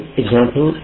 example